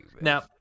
Now